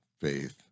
faith